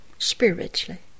Spiritually